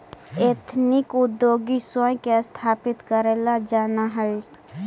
ethnic उद्योगी स्वयं के स्थापित करेला जानऽ हई